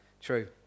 true